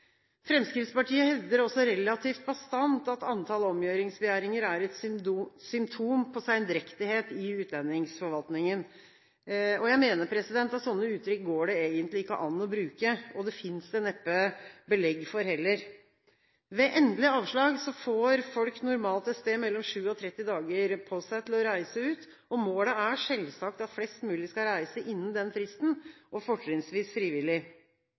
Fremskrittspartiet hevder også relativt bastant at antall omgjøringsbegjæringer er et symptom på sendrektighet i utlendingsforvaltningen. Jeg mener at sånne uttrykk går det egentlig ikke an å bruke, og det finnes neppe belegg for det heller. Ved endelig avslag får folk normalt et sted mellom sju og tretti dager på seg til å reise ut. Målet er selvsagt at flest mulig skal reise innen den fristen, og fortrinnsvis frivillig.